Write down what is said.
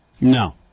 No